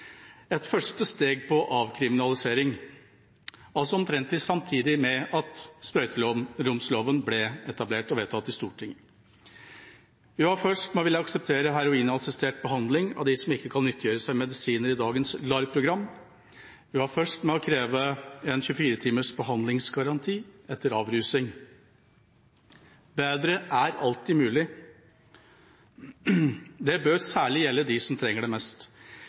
et første steg mot avkriminalisering, omtrent samtidig med at sprøyteromsloven ble etablert og vedtatt i Stortinget. Vi var først med å ville akseptere heroinassistert behandling av dem som ikke kan nyttiggjøre seg medisiner i dagens LAR-program. Vi var først med å kreve en 24-timers behandlingsgaranti etter avrusing. Bedre er alltid mulig. Det bør særlig gjelde dem som trenger det mest.